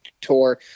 tour